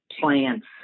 plants